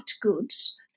goods